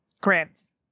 grants